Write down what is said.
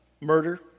murder